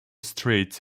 streets